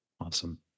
Awesome